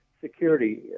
security